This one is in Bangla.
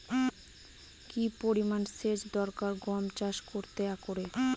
কি পরিমান সেচ দরকার গম চাষ করতে একরে?